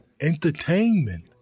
entertainment